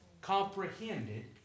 comprehended